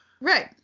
Right